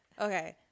Okay